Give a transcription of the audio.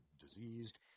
diseased